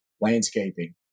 landscaping